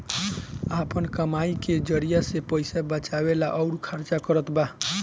आपन कमाई के जरिआ से पईसा बचावेला अउर खर्चा करतबा